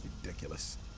ridiculous